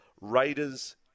Raiders